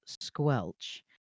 squelch